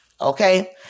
Okay